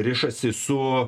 rišasi su